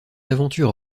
aventure